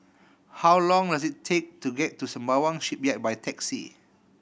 how long does it take to get to Sembawang Shipyard by taxi